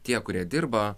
tie kurie dirba